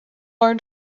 learn